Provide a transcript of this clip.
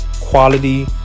Quality